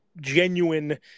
genuine